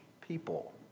people